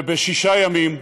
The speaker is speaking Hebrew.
ובשישה ימים,